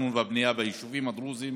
התכנון והבנייה ביישובים הדרוזיים